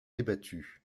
débattue